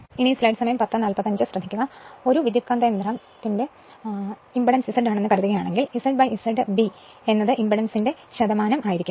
transformer impedance Z ആണെന്ന് കരുതുകയാണെങ്കിൽ Z Z B impedance ആയിരിക്കും